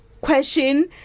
question